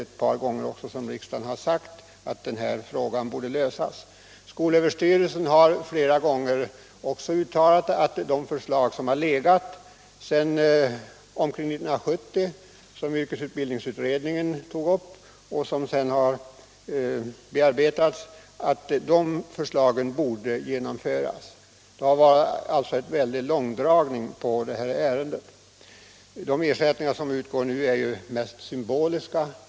Ett par gånger har även riksdagen uttalat att frågan bör lösas. Skolöverstyrelsen har också flera gånger uttalat att de förslag som legat sedan omkring 1970 och som yrkesutbildningsutredningen tagit upp och bearbetat bör genomföras. Det har alltså varit en utpräglad långrotning i det här ärendet. De ersättningar som nu utgår är snarast symboliska.